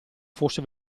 fosse